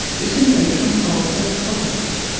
this invention solves those problems.